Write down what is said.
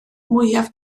mwyaf